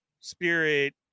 Spirit